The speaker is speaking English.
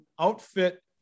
outfit